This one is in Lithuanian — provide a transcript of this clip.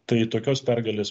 tai tokios pergalės